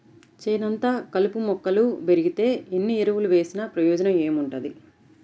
చేనంతా కలుపు మొక్కలు బెరిగితే ఎన్ని ఎరువులు వేసినా ప్రయోజనం ఏముంటది